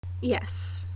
yes